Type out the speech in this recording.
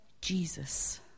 Jesus